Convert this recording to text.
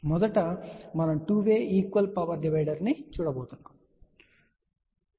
కాబట్టి మొదట మనం 2 వే ఈక్వల్ పవర్ డివైడర్ ను చూడబోతున్నాం